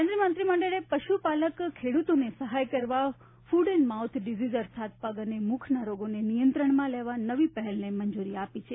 કેન્દ્રીય મંત્રી મંડળે પશુપાલક ખેડુતોને સહાય કરવા માટે ફુટ એન્ડ માઉથ ડીસીઝ અર્થાત પગ અને મુખના રોગોને નિયંત્રણમાં લેવા નવી પહેલને મંજુરી આપી છે